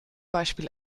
beispiel